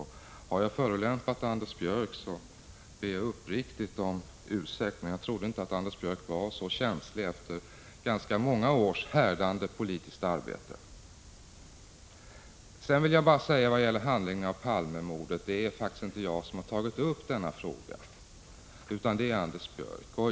Har jag förolämpat Anders Björck, ber jag uppriktigt om ursäkt, men jag trodde inte att Anders Björck var så känslig efter ganska många års härdande politiskt arbete. Sedan vill jag bara säga i vad gäller handläggningen av Palmemordet att det är faktiskt inte jag som har tagit upp denna fråga, utan det är Anders Björck.